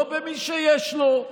לא במי שיש לו,